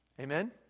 Amen